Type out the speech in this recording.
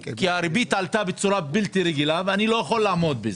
כי הריבית עלתה בצורה בלתי רגילה ואני לא יכול לעמוד בזה.